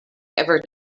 ever